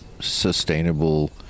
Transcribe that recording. sustainable